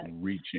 reaching